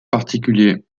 particulier